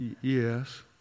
yes